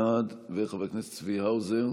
בעד, חבר הכנסת צבי האוזר,